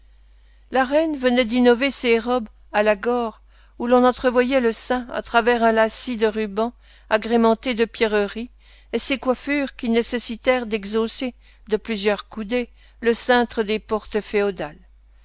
la reine venait d'innover ces robes à la gore où l'on entrevoyait le sein à travers un lacis de rubans agrémentés de pierreries et ces coiffures qui nécessitèrent d'exhausser de plusieurs coudées le cintre des portes féodales